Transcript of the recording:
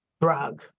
drug